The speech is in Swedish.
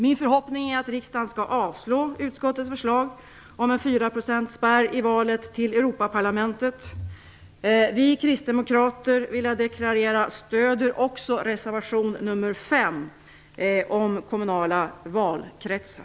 Min förhoppning är att riksdagen skall avslå utskottets förslag om en fyraprocentsspärr i valet till Europaparlamentet. Jag vill också deklarera att vi kristdemokrater stöder reservation 5 om kommunala valkretsar.